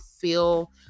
feel